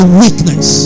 weakness